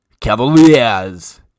Cavaliers